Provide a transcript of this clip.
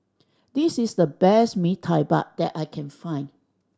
this is the best Mee Tai Mak that I can find